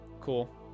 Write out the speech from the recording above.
Cool